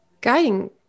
guiding